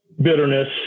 bitterness